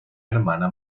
hermana